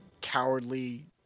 cowardly